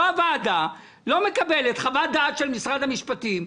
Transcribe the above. לא קיבלנו חוות דעת של משרד המשפטים,